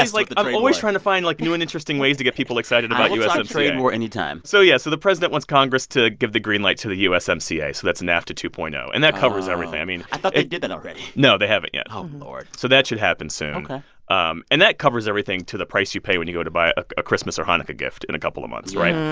like i'm always trying to find, like, new and interesting ways to get people excited but trade and war anytime so yeah. so the president wants congress to give the green light to the usmca, so that's nafta two point zero. and that covers everything. i mean. oh. i thought they did that already no, they haven't yet oh, um lord so that should happen soon ok um and that covers everything to the price you pay when you go to buy a christmas or hanukkah gift in a couple of months, right?